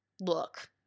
look